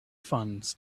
funds